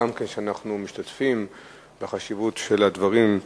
לאור החשיבות של הדברים,